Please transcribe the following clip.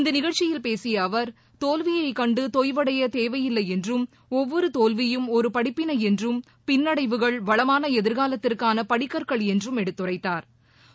இந்த நிகழ்ச்சியில் பேசிய அவா் தோல்வியைக் கண்டு தொய்வடைய தேவையில்லை என்றும் ஒவ்வொரு தோல்வியும் ஒரு படிப்பினை என்றும் பின்னடைவுகள் வளமான எதிர்காலத்திற்கான படிக்கற்கள் என்றும் எடுத்துரைத்தாா்